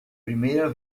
primeira